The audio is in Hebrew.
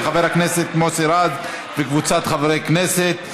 של חבר הכנסת מוסי רז וקבוצת חברי הכנסת.